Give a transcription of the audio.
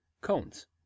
cones